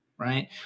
right